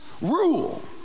rule